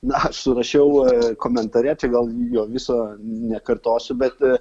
na aš surašiau komentare čia gal jo viso nekartosiu bet